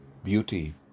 Beauty